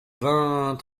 vingt